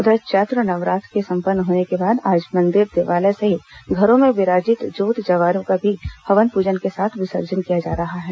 उधर चैत्र नवरात्रि के संपन्न होने के बाद आज मंदिर देवालय सहित घरो में विराजित जोत जवारे का हवन प्रजन के साथ विसर्जन किया जा रहा है